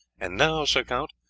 and now, sir count,